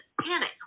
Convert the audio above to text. panic